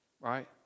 right